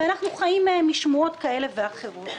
ואנחנו חיים משמועות כאלה ואחרות.